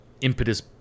impetus